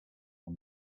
and